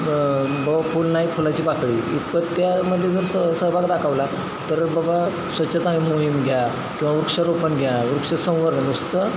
बबा फूल नाही फुलाची पाकळी इतपत त्यामध्ये जर स सहभाग दाखवला तर बबा स्वच्छता मोहीम घ्या किंवा वृक्षरोपण घ्या वृक्षसंवर्धन नुसतं